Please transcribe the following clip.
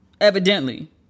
evidently